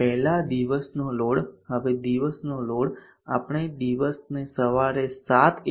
પહેલા દિવસનો લોડ હવે દિવસનો લોડ આપણે દિવસને સવારે 700 a